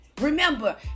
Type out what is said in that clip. Remember